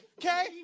Okay